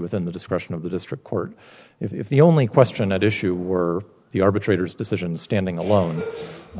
within the discretion of the district court if the only question at issue were the arbitrator's decision standing alone